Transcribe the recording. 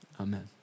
Amen